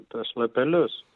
tuos lapelius